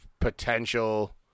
potential